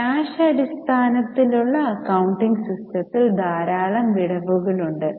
cash അടിസ്ഥാനത്തിൽ ഉള്ള accounting സിസ്റ്റത്തിൽ ധാരാളം വിടവുകൾ ഉണ്ട്